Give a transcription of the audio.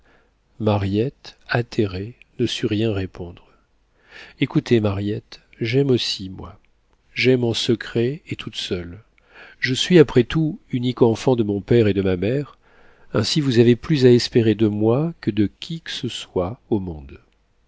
mariette atterrée ne sut rien répondre écoutez mariette j'aime aussi moi j'aime en secret et toute seule je suis après tout unique enfant de mon père et de ma mère ainsi vous avez plus à espérer de moi que de qui que ce soit au monde